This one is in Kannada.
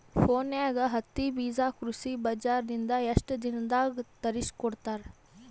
ಫೋನ್ಯಾಗ ಹತ್ತಿ ಬೀಜಾ ಕೃಷಿ ಬಜಾರ ನಿಂದ ಎಷ್ಟ ದಿನದಾಗ ತರಸಿಕೋಡತಾರ?